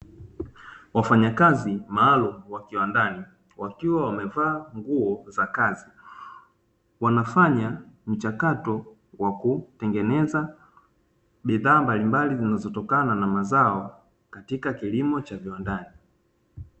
Wafanyakazi maalumu wa kiwandani wakiwa wamevaa nguo za kazi, wanafanya mchakato wa kutengeneza bidhaa mbalimbali zinazotokana na mazao katika kilimo cha viwandani.